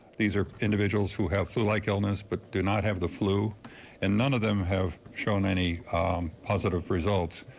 these are individuals who have flu like illness, but do not have the flu and none of them have shown any positive results.